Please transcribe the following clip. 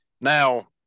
Now